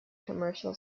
commercial